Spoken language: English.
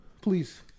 please